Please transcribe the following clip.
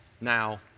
now